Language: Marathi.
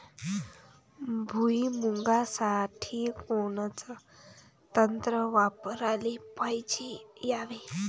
भुइमुगा साठी कोनचं तंत्र वापराले पायजे यावे?